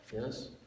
yes